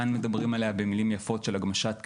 כאן מדברים עליה במילים יפות של הגמשת קריטריונים,